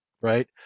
Right